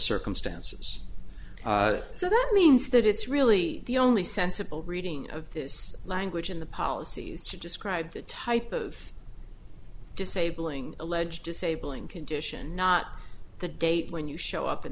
circumstances so that means that it's really the only sensible reading of this language in the policies to describe the type of disabling alleged disabling condition not the date when you show up in